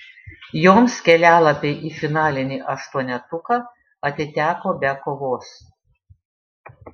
joms kelialapiai į finalinį aštuonetuką atiteko be kovos